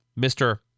Mr